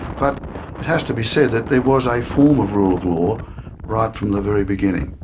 but it has to be said that there was a form of rule of law right from the very beginning.